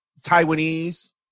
Taiwanese